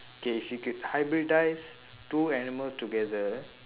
okay if you could hybridise two animals together